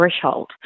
threshold